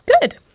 Good